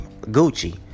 Gucci